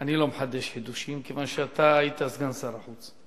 אני לא מחדש חידושים, כיוון שאתה היית סגן שר חוץ.